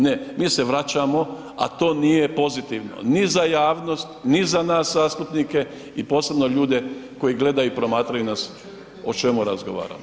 Ne, mi se vraćamo a to nije pozitivno ni za javnost ni za nas zastupnike i posebno ljude koji gledaju i promatraju nas o čemu razgovaramo.